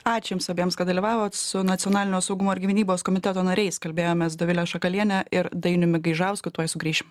ačiū jums abiems kad dalyvavot su nacionalinio saugumo ir gynybos komiteto nariais kalbėjomės dovile šakaliene ir dainiumi gaižausku tuoj sugrįšim